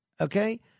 Okay